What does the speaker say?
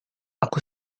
aku